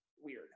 weird